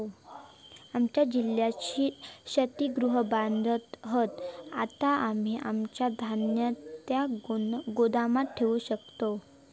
आमच्या जिल्ह्यात शीतगृह बांधत हत, आता आम्ही आमचा धान्य त्या गोदामात ठेवू शकतव